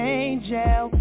angel